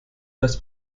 das